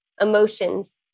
emotions